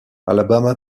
alabama